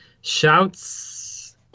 Shouts